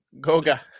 Goga